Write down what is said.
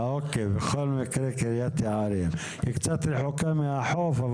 קרית יערים קצת רחוקה מהחוף,